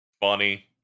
Funny